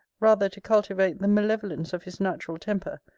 rather to cultivate the malevolence of his natural temper,